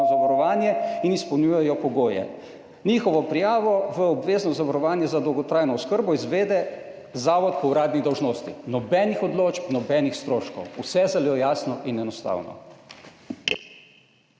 zavarovanje in izpolnjujejo pogoje. Njihovo prijavo v obvezno zavarovanje za dolgotrajno oskrbo izvede zavod po uradni dolžnosti. Nobenih odločb, nobenih stroškov, vse zelo jasno in enostavno.